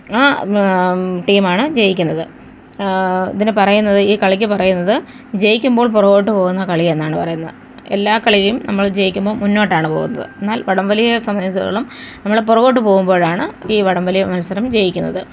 ആ ടീമാണ് ജയിക്കുന്നത് ഇതിന് പറയുന്നത് ഈ കളിക്ക് പറയുന്നത് ജയിക്കുമ്പോൾ പുറകോട്ട് പോകുന്ന കളി എന്നാണ് പറയുന്നത് എല്ലാ കളിയും നമ്മള് ജയിക്കുമ്പം മുന്നോട്ടാണ് പോകുന്നത് എന്നാൽ വടംവലിയെ സംബദ്ധിച്ചിടത്തോളം നമ്മള് പുറകോട്ട് പോകുമ്പോഴാണ് ഈ വടംവലി മത്സരം ജയിക്കുന്നത്